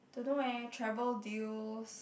don't know eh travel deals